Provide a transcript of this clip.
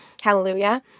Hallelujah